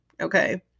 Okay